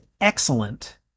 excellent